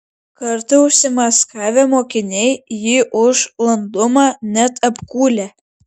kartą užsimaskavę mokiniai jį už landumą net apkūlę